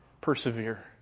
persevere